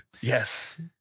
Yes